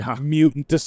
mutant